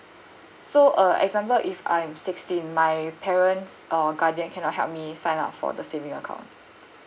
so uh example if I'm sixteen my parents or guardian cannot help me sign up for the saving account